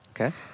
Okay